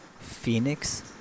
Phoenix